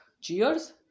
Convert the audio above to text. Cheers